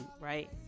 right